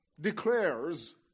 declares